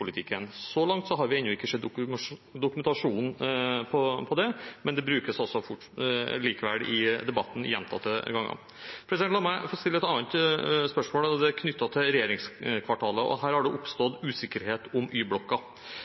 distriktspolitikken. Så langt har vi ikke sett dokumentasjonen på det, men det brukes likevel i debatten gjentatte ganger. La meg få stille et annet spørsmål, og det er knyttet til Regjeringskvartalet. Her har det oppstått usikkerhet om